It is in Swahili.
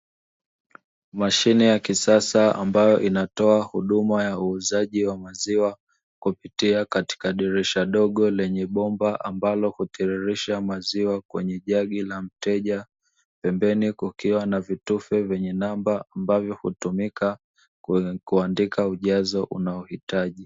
Mashine ya kisasa ambayo inatoa huduma ya uuzaji wa maziwa, kupita katika dirisha dogo lenye bomba ambalo hutiririsha maziwa kwenye jagi la mteja, pembeni kikuwa na vitufe vyenye namba ambavyo hutumika kuandika ujazo unaohitaji.